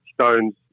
Stones